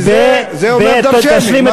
וזה אומר דורשני.